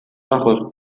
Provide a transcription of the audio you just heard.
ojos